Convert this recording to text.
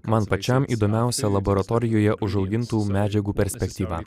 man pačiam įdomiausia laboratorijoje užaugintų medžiagų perspektyva